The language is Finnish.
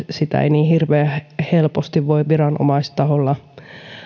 sitä ei niin hirveän helposti voi viranomaistaholta